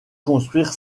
construire